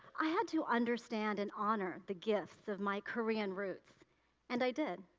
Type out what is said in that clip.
i had to understand and honor the gifts of my korean roots and i did.